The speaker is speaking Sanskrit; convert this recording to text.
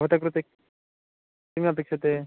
भवतः कृते किमपेक्ष्यते